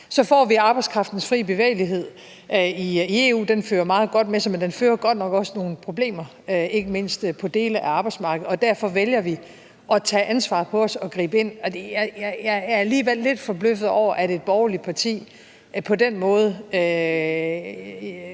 Så får vi arbejdskraftens fri bevægelighed i EU. Den fører meget godt med sig, men den fører godt nok også nogle problemer med sig, ikke mindst på dele af arbejdsmarkedet, og derfor vælger vi at tage ansvaret på os og gribe ind. Jeg er alligevel lidt forbløffet over, at et borgerligt parti på den måde,